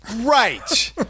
Right